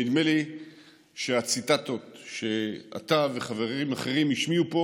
נדמה לי שהציטטות שאתה וחברים אחרים השמיעו פה